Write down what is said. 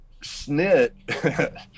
Snit